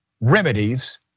remedies